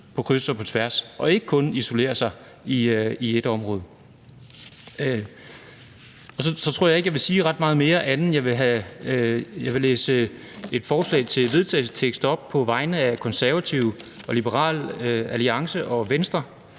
socialt og etnisk, og ikke kun isolerer sig i ét område. Så tror jeg ikke, jeg vil sige ret meget mere, andet end at jeg vil læse et forslag til vedtagelse op på vegne af Konservative, Liberal Alliance og Venstre: